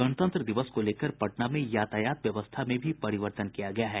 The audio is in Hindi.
गणतंत्र दिवस को लेकर पटना में यातायात व्यवस्था में भी परिवर्तन किया गया है